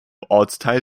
ortsteil